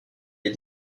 des